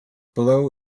below